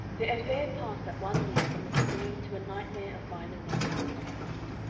the affair passed at one leap from a spree to a nightmare of violence and disgust.